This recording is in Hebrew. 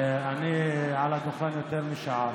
ואני על הדוכן יותר משעה,